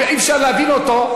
ואי-אפשר להבין אותו,